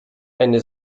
eine